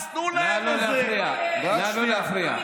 אז תנו להם, אתה משווה, נא לא להפריע.